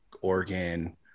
Oregon